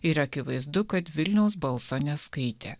ir akivaizdu kad vilniaus balso neskaitė